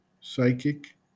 psychic